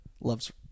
loves